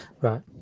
right